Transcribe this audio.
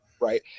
Right